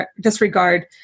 disregard